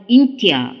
India